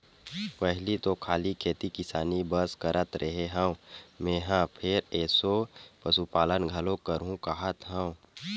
पहिली तो खाली खेती किसानी बस करत रेहे हँव मेंहा फेर एसो पसुपालन घलोक करहूं काहत हंव